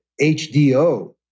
HDO